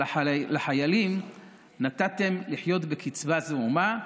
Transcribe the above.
אבל לחיילים נתתם לחיות בקצבה זעומה.